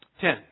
Ten